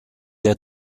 der